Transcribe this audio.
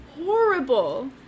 Horrible